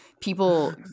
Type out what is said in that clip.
people